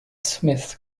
smith